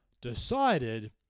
decided